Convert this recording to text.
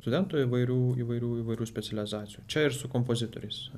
studentų įvairių įvairių įvairių specializacijų čia ir su kompozitoriais